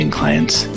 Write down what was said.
clients